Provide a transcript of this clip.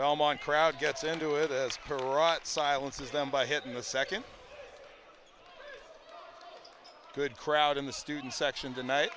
call mark crowd gets into it as karate silences them by hitting the second good crowd in the student section tonight